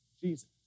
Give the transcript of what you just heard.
Jesus